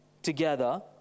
together